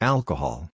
Alcohol